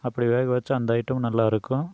அப்படி வேக வச்சா அந்த ஐட்டமும் நல்லா இருக்கும்